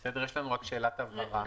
יש לנו שאלת הבהרה.